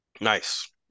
Nice